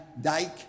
Dyke